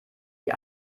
die